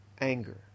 anger